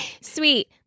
sweet